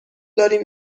داریم